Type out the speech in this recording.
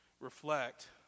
reflect